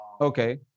Okay